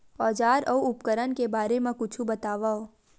औजार अउ उपकरण के बारे मा कुछु बतावव?